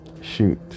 Shoot